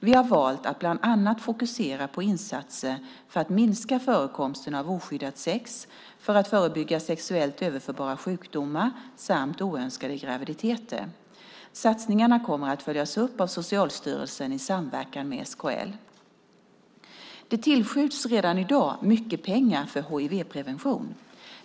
Vi har valt att bland annat fokusera på insatser för att minska förekomsten av oskyddat sex, för att förebygga sexuellt överförbara sjukdomar samt oönskade graviditeter. Satsningarna kommer att följas upp av Socialstyrelsen i samverkan med SKL. Det tillskjuts redan i dag mycket pengar för hivprevention.